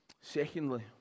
Secondly